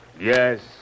Yes